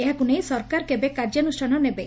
ଏହାକୁ ନେଇ ସରକାର କେବେ କାର୍ଯ୍ୟାନୁଷ୍ଠାନ ନେବେ